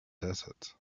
desert